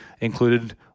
included